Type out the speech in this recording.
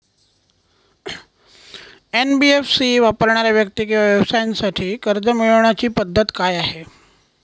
NBFC वापरणाऱ्या व्यक्ती किंवा व्यवसायांसाठी कर्ज मिळविण्याची पद्धत काय आहे?